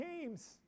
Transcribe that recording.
games